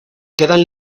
quedan